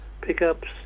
pickups